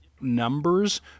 numbers